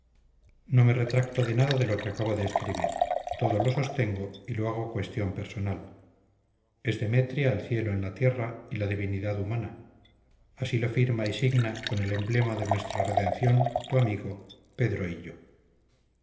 no me retracto de nada de lo que acabo de escribir todo lo sostengo y lo hago cuestión personal es demetria el cielo en la tierra y la divinidad humana así lo firma y signa con el emblema de nuestra redención tu amigo pedro hillo villarcayo agosto